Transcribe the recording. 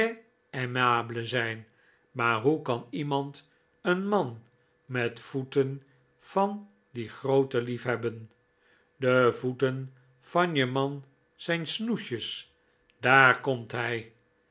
tres aimable zijn maar hoe kan ieniand een man met voeten van die grootte liefhebben de voeten van je man zijn snoesjes daar komt hij